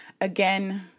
again